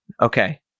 Okay